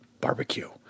barbecue